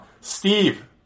Steve